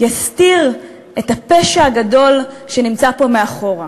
יסתיר את הפשע הגדול שנמצא פה מאחור.